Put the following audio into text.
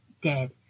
dead